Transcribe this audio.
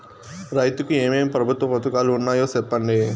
రైతుకు ఏమేమి ప్రభుత్వ పథకాలు ఉన్నాయో సెప్పండి?